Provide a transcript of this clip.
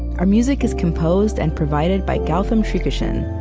our music is composed and provided by gautam srikishan.